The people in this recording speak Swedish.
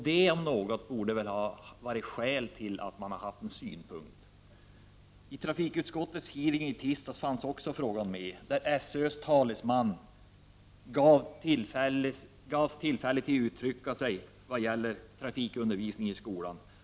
Den om något borde väl ha varit skäl till att anlägga några synpunker på motionen. I trafikutskottets hearing i tisdags fanns denna fråga också med. SÖ:s talesman gavs då tillfälle uttrycka sig om trafikundervisning i skolan.